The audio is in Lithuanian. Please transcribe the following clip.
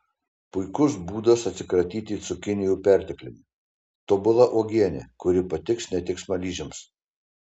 puikus būdas atsikratyti cukinijų pertekliumi tobula uogienė kuri patiks ne tik smaližiams